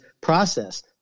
process